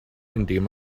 indem